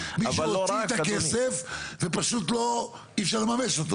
זאת אומרת שמישהו הוציא את הכסף ופשוט אי אפשר לממש אותו?